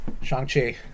Shang-Chi